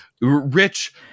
rich